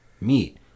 meat